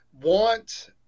want